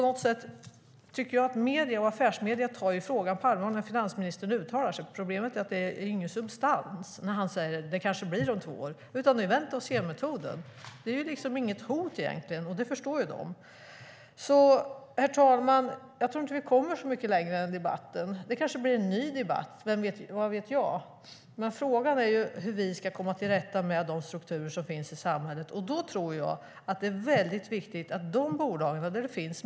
Jag tycker att medierna och affärsmedierna tar frågan på allvar när finansministern uttalar sig, men problemet är att det inte är någon substans när han säger att det kanske blir om två år. Det är i stället vänta-och-se-metoden. Det är egentligen inget hot, och det förstår de ju. Herr talman! Jag tror inte att vi kommer så mycket längre i den här debatten. Det kanske blir en ny debatt; vad vet jag. Frågan är dock hur vi ska komma till rätta med de strukturer som finns i samhället. Jag tror att de bolag där det finns mycket pengar är väldigt viktiga.